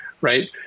right